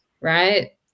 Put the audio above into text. right